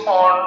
on